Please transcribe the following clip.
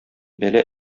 бәла